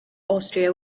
austria